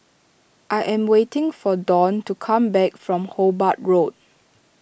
I am waiting for Dawn to come back from Hobart Road